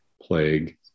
plague